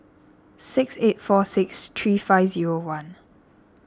six eight four six three five zero one